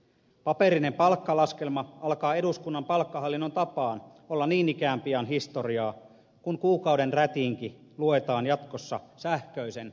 paperinen palkkalaskelma alkaa eduskunnan palkkahallinnon tapaan olla niin ikään pian historiaa kun kuukauden rätinki luetaan jatkossa sähköisen netpostin kautta